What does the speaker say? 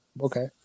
Okay